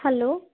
hello